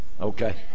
Okay